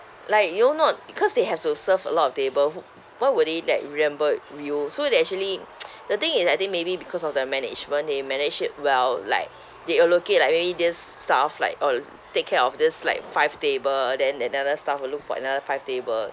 like you know not because they have to serve a lot of table who what would they like remember you so they actually the thing is I think maybe because of the management they manage it well like they allocate like maybe this staff like orh take care of this like five table then another staff will look for another five table